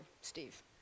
Steve